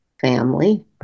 family